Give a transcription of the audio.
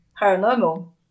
paranormal